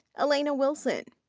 elena wilson.